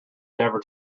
never